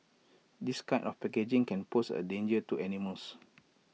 this kind of packaging can pose A danger to animals